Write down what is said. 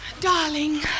Darling